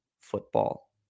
Football